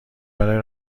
برای